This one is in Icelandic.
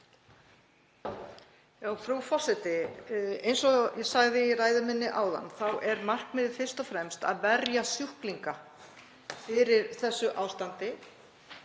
Frú forseti. Eins og ég sagði í ræðu minni áðan þá er markmiðið fyrst og fremst að verja sjúklinga fyrir þessu ástandi